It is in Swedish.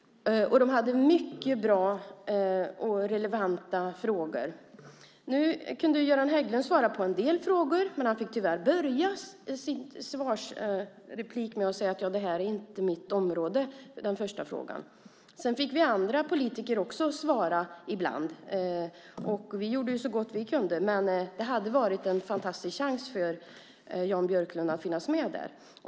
De hade mycket bra och relevanta frågor. Göran Hägglund kunde svara på en del frågor, men han fick tyvärr börja med att i sitt första svar säga att detta inte är hans område. Även vi andra politiker fick svara på en del frågor. Vi gjorde så gott vi kunde. Men det hade varit en fantastisk chans för Jan Björklund att finnas med där.